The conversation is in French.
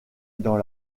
dans